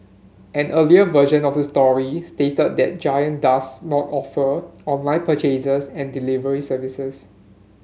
an earlier version of the story stated that Giant does not offer online purchases and delivery services